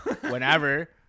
whenever